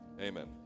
amen